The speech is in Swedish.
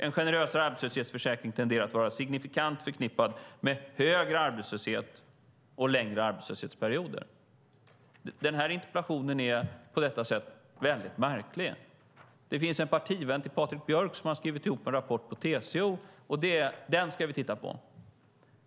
En generösare arbetslöshetsförsäkring tenderar att vara signifikant förknippad med högre arbetslöshet och längre arbetslöshetsperioder. Den här interpellationen är på detta sätt väldigt märklig. Det finns en partivän till Patrik Björck på TCO som har skrivit ihop en rapport. Den ska vi tydligen titta på.